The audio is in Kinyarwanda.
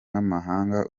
n’amahanga